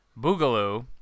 Boogaloo